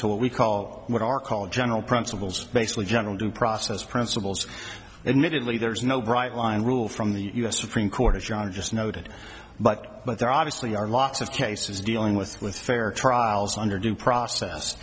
we call what are called general principles basically general due process principles admittedly there's no bright line rule from the u s supreme court as john just noted but what they're obviously are lots of cases dealing with with fair trials under due process